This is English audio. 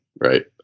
Right